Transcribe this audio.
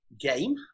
game